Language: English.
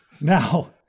now